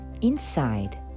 inside